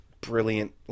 brilliant